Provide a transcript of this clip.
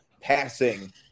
passing